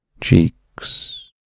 cheeks